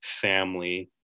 family